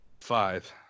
five